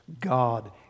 God